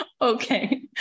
okay